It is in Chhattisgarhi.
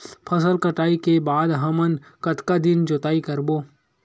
फसल कटाई के बाद हमन कतका दिन जोताई करबो?